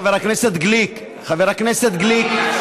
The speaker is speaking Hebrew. חבר הכנסת גליק,